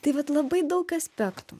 tai vat labai daug aspektų